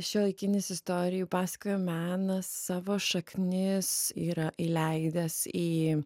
šiuolaikinis istorijų pasakojo menas savo šaknis yra įleidęs į